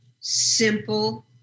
simple